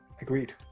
Agreed